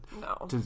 No